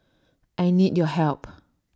I need your help